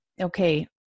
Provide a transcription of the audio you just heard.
okay